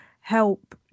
help